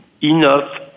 enough